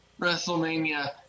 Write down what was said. WrestleMania